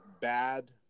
bad